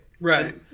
right